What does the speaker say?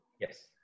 Yes